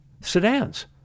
sedans